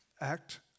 act